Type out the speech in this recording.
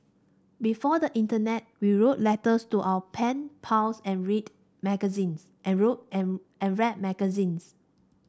before the internet we wrote letters to our pen pals and read magazines and road and and read magzines